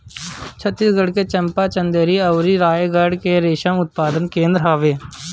छतीसगढ़ के चंपा, चंदेरी अउरी रायगढ़ में रेशम उत्पादन केंद्र हवे